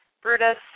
Brutus